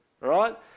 right